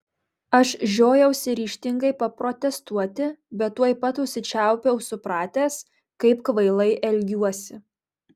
aš žiojausi ryžtingai paprotestuoti bet tuoj pat užsičiaupiau supratęs kaip kvailai elgiuosi